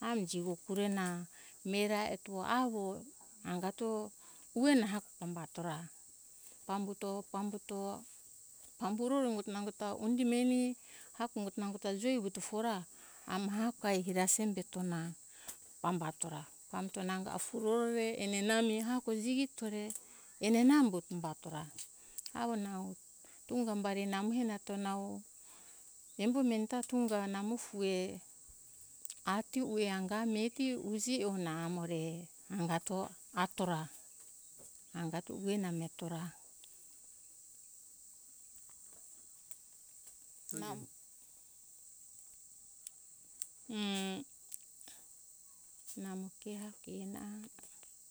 ami jigo kure na mihe ra eto avo angato ue na hako pamba to ra. pambuto pamburo ro nago ta undi meni hako nango ta joi vuto fo ra amo hako ai mirasa mireto na pamba to ra pambuto nango puro re ena nami ehko jigito re enana umbuto umba to ra avo nau tunga bari namo hito na te nau embo meni ta tunga namo fue ati ue anga miheti uje ona amo re anga to atora angato ue na atora nau. namo ke ato e na